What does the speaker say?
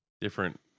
different